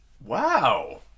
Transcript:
Wow